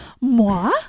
moi